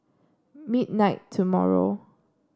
midnight tomorrow